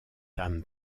dan